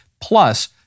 Plus